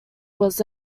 was